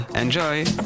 enjoy